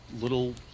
little